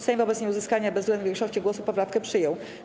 Sejm wobec nieuzyskania bezwzględnej większości głosów poprawkę przyjął.